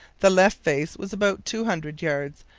the left face was about two hundred yards,